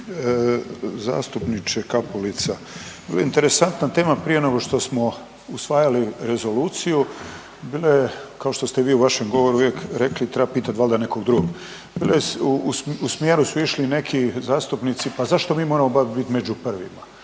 Zastupniče Kapulica ovo je interesantna tema. Prije nego što smo usvajali Rezoluciju bilo je kao što ste vi u vašem govoru uvijek rekli – treba pitati valjda nekog drugog. … u smjeru su išli neki zastupnici pa zašto mi moramo baš biti međi prvima?